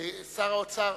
שר האוצר,